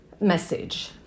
message